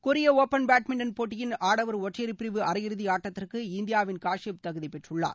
கொரிய open badminton போட்டியின் ஆடவர் ஒற்றையர் பிரிவு அரையிறுதி ஆட்டத்திற்கு இந்தியாவின் காஷியப் தகுதி பெற்றுள்ளார்